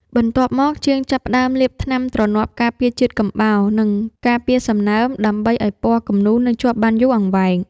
បន្ទាប់មក ជាងចាប់ផ្ដើមលាបថ្នាំទ្រនាប់ការពារជាតិកំបោរ និងការពារសំណើម ដើម្បីឱ្យពណ៌គំនូរនៅជាប់បានយូរអង្វែង។